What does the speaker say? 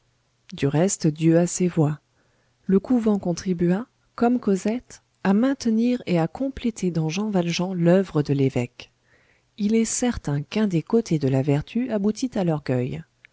du reste dieu a ses voies le couvent contribua comme cosette à maintenir et à compléter dans jean valjean l'oeuvre de l'évêque il est certain qu'un des côtés de la vertu aboutit à l'orgueil